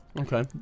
okay